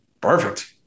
Perfect